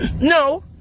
no